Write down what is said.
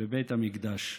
בבית המקדש.